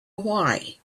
why